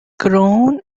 grown